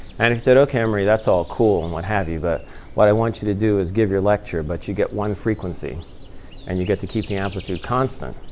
and if you said, ok, emery. that's all cool and what have you. but what i want you to do is give your lecture, but you get one frequency and you get to keep the amplitude constant.